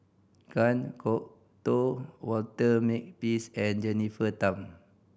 Kan Kwok Toh Walter Makepeace and Jennifer Tham